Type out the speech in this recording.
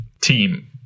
team